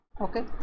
okay